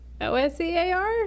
O-S-E-A-R